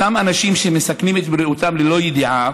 אותם אנשים שמסכנים את בריאותם ללא ידיעה,